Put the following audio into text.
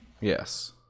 Yes